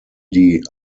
die